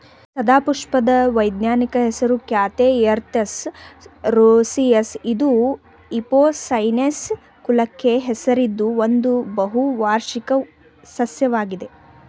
ಸದಾಪುಷ್ಪದ ವೈಜ್ಞಾನಿಕ ಹೆಸರು Catharanthus roseus ಇದು ಎಪೋಸೈನೇಸಿ ಕುಲಕ್ಕೆ ಸೇರಿದ್ದು ಒಂದು ಬಹುವಾರ್ಷಿಕ ಸಸ್ಯವಾಗಿದೆ